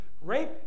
Rape